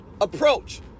approach